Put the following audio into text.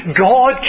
God